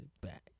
back